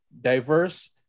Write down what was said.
diverse